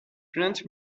plant